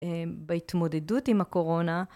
בהתמודדות עם הקורונה.